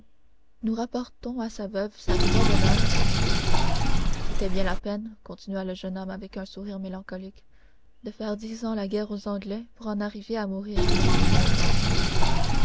nous rapportons à sa veuve sa croix d'honneur et son épée c'était bien la peine continua le jeune homme avec un sourire mélancolique de faire dix ans la guerre aux anglais pour en arriver à mourir comme tout le monde dans son lit